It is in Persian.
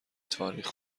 تاریخ